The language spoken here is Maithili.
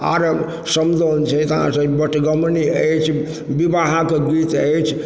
आओर समदाउन छै आओर अहाँके बटगवनी अछि विवाहके गीत अछि